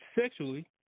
sexually